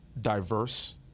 diverse